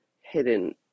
hidden